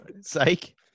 sake